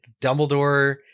Dumbledore